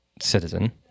citizen